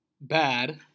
bad